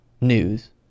news